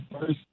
first